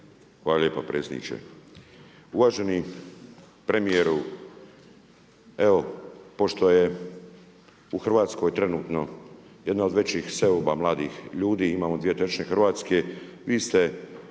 Hvala lijepa predsjedniče. Uvaženi premijeru, evo pošto je u Hrvatskoj trenutno jedna od većih seoba mladih ljudi imamo dvije …/Govornik se